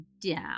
down